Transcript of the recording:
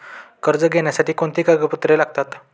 कर्ज घेण्यासाठी कोणती कागदपत्रे लागतात?